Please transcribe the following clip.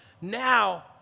now